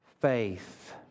faith